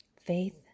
faith